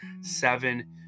seven